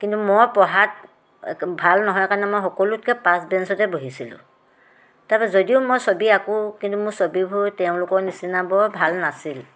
কিন্তু মই পঢ়াত ভাল নহয় কাৰণে মই সকলোতকৈ পাছ বেঞ্চতে বহিছিলোঁ তাৰপৰা যদিও মই ছবি আঁকো কিন্তু মোৰ ছবিবোৰ তেওঁলোকৰ নিচিনা বৰ ভাল নাছিল